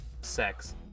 sex